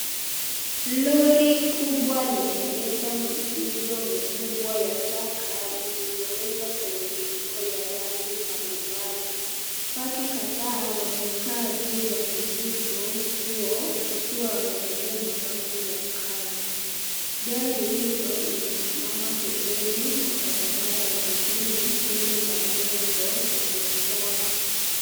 Lori kubwa limebeba mizigo ya taka zilizowekwa kwenye mifuko ya rangi mbalimbali. Watu kadhaa wamekaa juu ya mizigo huo wakiwa wamevalia mavazi ya kazi. Gari hilo limesimama pembeni mwa barabara ya mjini mbele la jengo la biashara.